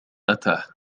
أتى